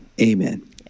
Amen